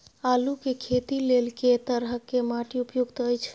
आलू के खेती लेल के तरह के माटी उपयुक्त अछि?